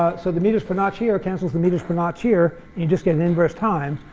ah so the meters per notch here cancels the meters per notch here, and you just get and inverse time,